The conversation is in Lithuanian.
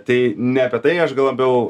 tai ne apie tai aš gal labiau